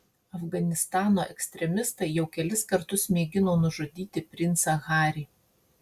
afganistano ekstremistai jau kelis kartus mėgino nužudyti princą harį